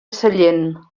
sellent